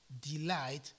delight